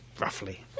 roughly